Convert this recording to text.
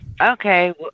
Okay